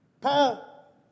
Paul